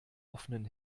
offenen